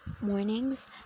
mornings